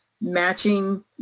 matching